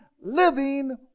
living